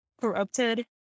Corrupted